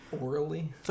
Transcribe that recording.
orally